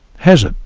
has it?